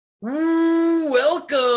Welcome